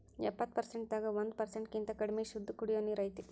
ಎಪ್ಪತ್ತು ಪರಸೆಂಟ್ ದಾಗ ಒಂದ ಪರಸೆಂಟ್ ಕಿಂತ ಕಡಮಿ ಶುದ್ದ ಕುಡಿಯು ನೇರ ಐತಿ